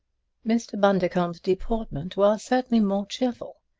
mr. bundercombe's deportment was certainly more cheerful.